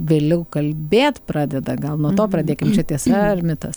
vėliau kalbėt pradeda gal nuo to pradėkim čia tiesa ar mitas